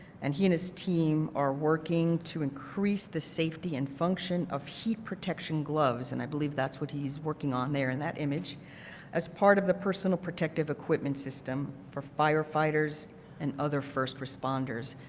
and he and his team are working to increase the safety and function of heat protection gloves and i believe that's what he's working on there in that image is part of the personal protective equipment system for firefighters and other first responders.